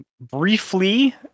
Briefly